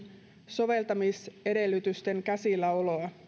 soveltamisedellytysten käsilläoloa